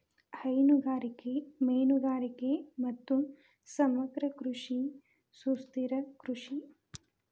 ಹೈನುಗಾರಿಕೆ, ಮೇನುಗಾರಿಗೆ ಮತ್ತು ಸಮಗ್ರ ಕೃಷಿ ಸುಸ್ಥಿರ ಕೃಷಿ